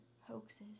hoaxes